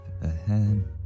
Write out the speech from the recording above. ahead